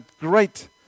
great